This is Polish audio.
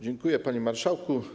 Dziękuję, panie marszałku.